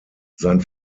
sein